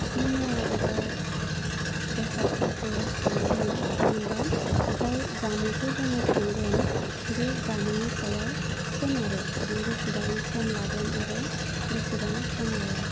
जि मुवा एबा बेसादफोरखौ संगोन थामहिनबा जाय जामुंखौ जोङो संगोन बे जामुंनि सायाव सोनारो बे बेसेबां सम लागोन आरो बेसेबां सम लाया